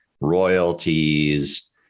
royalties